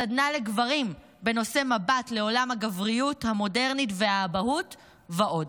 סדנה לגברים בנושא מבט לעולם הגבריות המודרנית והאבהות ועוד.